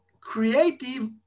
creative